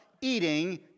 eating